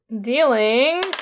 Dealing